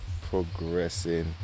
progressing